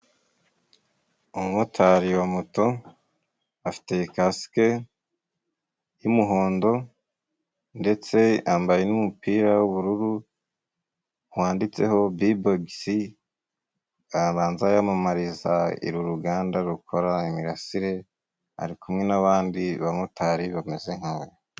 Umumotari wa moto afite kasike y'umuhondo, ndetse yambaye n'umupira w'ubururu wanditseho bibogisi. Abanza yamamariza uru ruganda rukora imirasire, ari kumwe n'abandi bamotari bameze nkawe.